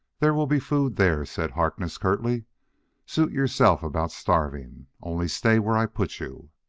there will be food there, said harkness curtly suit yourself about starving. only stay where i put you!